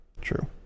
True